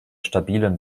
stabilen